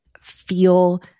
feel